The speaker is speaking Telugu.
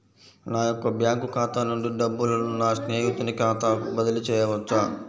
నా యొక్క బ్యాంకు ఖాతా నుండి డబ్బులను నా స్నేహితుని ఖాతాకు బదిలీ చేయవచ్చా?